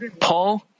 Paul